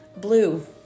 Blue